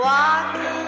Walking